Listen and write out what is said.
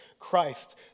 Christ